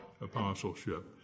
apostleship